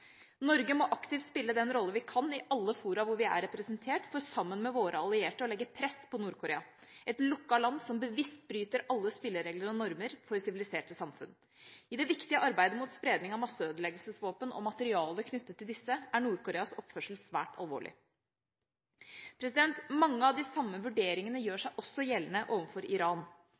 Norge må aktivt spille den rollen vi kan i alle fora hvor vi er representert, for sammen med våre allierte å legge press på Nord-Korea. Det er et lukket land som bevisst bryter alle spilleregler og normer for siviliserte samfunn. I det viktige arbeidet mot spredning av masseødeleggelsesvåpen og materialer knyttet til disse, er Nord-Koreas oppførsel svært alvorlig. Mange av de samme vurderingene gjør seg også gjeldende overfor Iran.